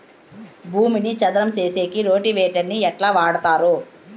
భూమిని చదరం సేసేకి రోటివేటర్ ని ఎట్లా వాడుతారు?